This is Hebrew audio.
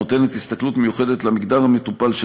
הנותנת הסתכלות מיוחדת למגדר המטופל,